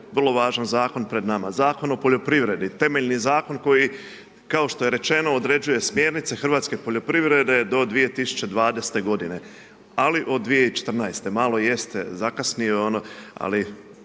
vrlo važan zakon pred nama, Zakon o poljoprivredi, temeljni zakon koji, kao što je rečeno, određuje smjernice hrvatske poljoprivrede do 2012. godine, ali od 2014. malo jeste zakasnio ono, ali